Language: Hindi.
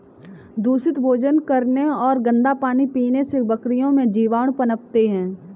दूषित भोजन करने और गंदा पानी पीने से बकरियों में जीवाणु पनपते हैं